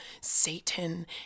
satan